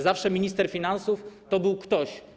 Zawsze minister finansów to był ktoś.